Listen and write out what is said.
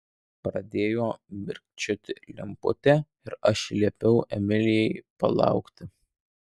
pradėjo mirkčioti lemputė ir aš liepiau emilijai palaukti